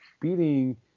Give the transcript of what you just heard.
beating